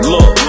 Look